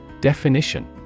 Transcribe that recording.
Definition